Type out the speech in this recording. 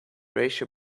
ratio